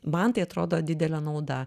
man tai atrodo didelė nauda